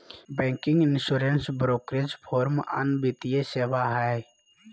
banking, insurance, brokerage firm अन्य वित्तीय सेवा हय